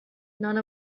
none